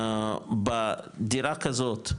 בדירה כזאת,